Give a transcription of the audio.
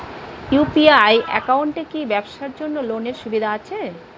UPI একাউন্টে কি ব্যবসার জন্য লোনের সুবিধা আছে?